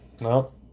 no